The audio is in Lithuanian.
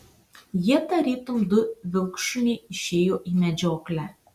jie tarytum du vilkšuniai išėjo į medžioklę